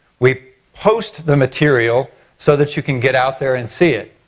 we post the material so that you can get out there and see it.